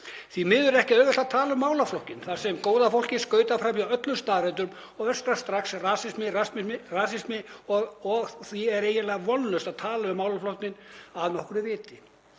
Því miður er ekki auðvelt að tala um málaflokkinn þar sem góða fólkið skautar fram hjá öllum staðreyndum og öskrar strax: Rasismi, rasismi. Því er eiginlega vonlaust að tala um málaflokkinn af nokkru viti.